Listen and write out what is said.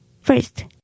First